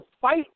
fight